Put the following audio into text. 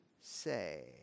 say